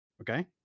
Okay